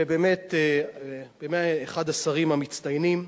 ובאמת הוא אחד השרים המצטיינים,